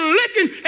looking